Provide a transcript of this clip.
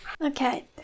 Okay